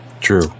True